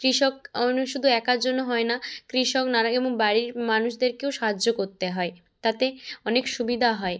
কৃষক শুধু একার জন্য হয় না কৃষক নানা বাড়ির মানুষদেরকেও সাহায্য করতে হয় তাতে অনেক সুবিধা হয়